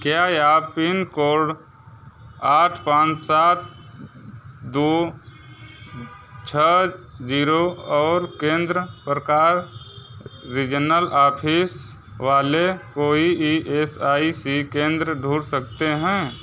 क्या आप pin code आठ पान सात दो छः जीरो और केंद्र प्रकार रीजनल ऑफिस वाले कोई ई एस आई सी केंद्र ढूंढ सकते हैं